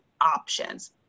options